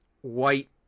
white